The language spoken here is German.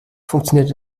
funktioniert